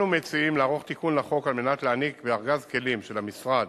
אנו מציעים לערוך תיקון לחוק על מנת להעניק לארגז הכלים של המשרד